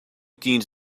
teens